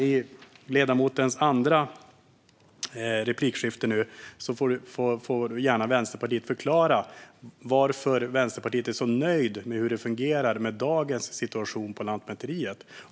I ledamotens andra replik får Vänsterpartiet gärna förklara varför Vänsterpartiet är så nöjt med hur det fungerar med dagens situation på Lantmäteriet.